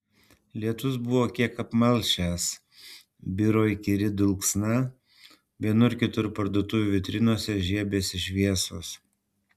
lietus buvo kiek apmalšęs biro įkyri dulksna vienur kitur parduotuvių vitrinose žiebėsi šviesos